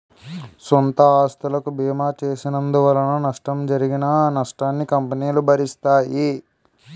సొంత ఆస్తులకు బీమా చేసినందువలన నష్టం జరిగినా ఆ నష్టాన్ని కంపెనీలు భరిస్తాయి